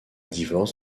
divorce